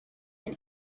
been